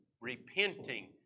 repenting